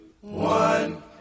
one